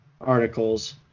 articles